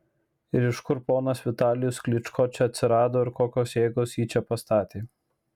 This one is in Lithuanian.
ir iš kur ponas vitalijus klyčko čia atsirado ir kokios jėgos jį čia pastatė